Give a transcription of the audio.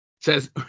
Says